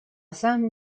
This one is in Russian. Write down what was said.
самом